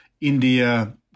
India